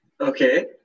Okay